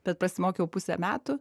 bet prasimokiau pusę metų